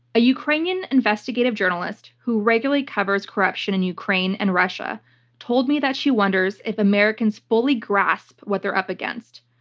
a ukrainian investigative journalist who regularly covers corruption in ukraine and russia told me that she wonders if americans fully grasp what they're up against.